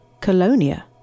Colonia